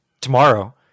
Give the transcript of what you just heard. tomorrow